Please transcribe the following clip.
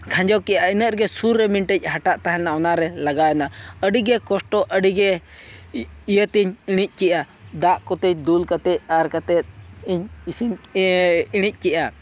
ᱠᱷᱟᱸᱡᱚ ᱠᱮᱫᱼᱟ ᱤᱱᱟᱹᱜ ᱨᱮᱜᱮ ᱥᱩᱨ ᱨᱮ ᱢᱤᱫᱴᱮᱡᱽ ᱦᱟᱴᱟᱜ ᱛᱟᱦᱮᱸᱞᱮᱱᱟ ᱚᱱᱟᱨᱮ ᱞᱟᱜᱟᱣᱮᱱᱟ ᱟᱹᱰᱤᱜᱮ ᱠᱚᱥᱴᱚ ᱟᱹᱰᱤᱜᱮ ᱤᱭᱟᱹᱛᱤᱧ ᱤᱬᱤᱡᱽ ᱠᱮᱫᱼᱟ ᱫᱟᱜ ᱠᱚᱛᱮ ᱫᱩᱞ ᱠᱟᱛᱮᱫ ᱟᱨ ᱠᱟᱛᱮᱫ ᱤᱧ ᱤᱥᱤᱱ ᱤᱬᱤᱡᱽ ᱠᱮᱫᱼᱟ